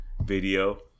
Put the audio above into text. video